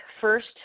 first